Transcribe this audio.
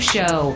Show